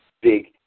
big